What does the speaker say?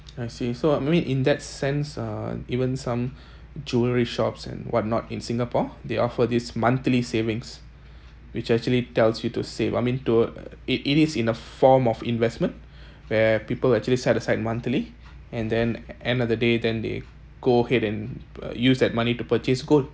I see so I mean in that sense uh even some jewellery shops and whatnot in singapore they offer this monthly savings which actually tells you to save I mean to uh it it is in a form of investment where people actually set aside monthly and then end of the day then they go ahead and uh use that money to purchase gold